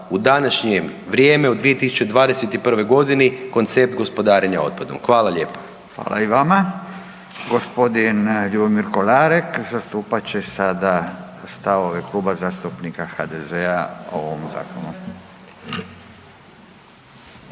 u današnje vrijeme u 2021.g. koncept gospodarenja otpadom. Hvala lijepo. **Radin, Furio (Nezavisni)** Hvala i vama. Gospodin Ljubomir Kolarek zastupat će sada stavove Kluba zastupnika HDZ-a o ovom zakonu. Izvolite.